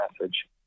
message